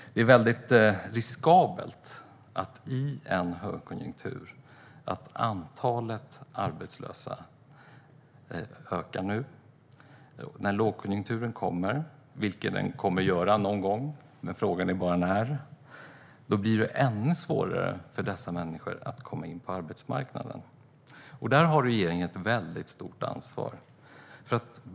Det är väldigt riskabelt att antalet arbetslösa ökar i en högkonjunktur. När lågkonjunkturen kommer - vilket den kommer att göra någon gång, frågan är bara när - blir det ännu svårare för dessa människor att komma in på arbetsmarknaden. Här har regeringen ett stort ansvar.